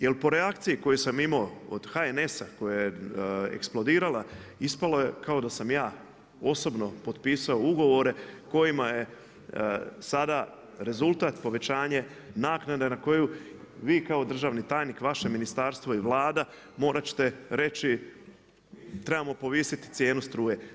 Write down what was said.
Jel po reakciji koju sam imao od HNS-a koja je eksplodirala ispalo je kao da sam ja osobno potpisao ugovore kojima je sada rezultat povećanje naknade na koju vi kao državni tajnik, vaše ministarstvo i Vlada morat ćete reći trebamo povećati cijenu struje.